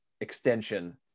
extension